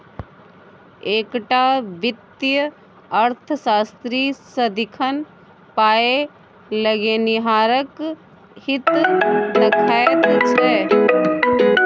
एकटा वित्तीय अर्थशास्त्री सदिखन पाय लगेनिहारक हित देखैत छै